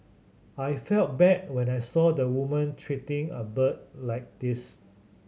I felt bad when I saw the woman treating a bird like this